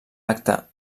acte